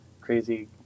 crazy